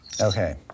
Okay